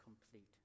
complete